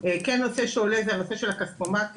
כן הנושא שעולה זה הנושא של הכספומטים,